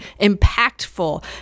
impactful